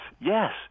yes